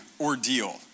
ordeal